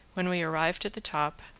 when we arrived at the top,